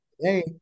today